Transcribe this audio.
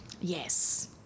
Yes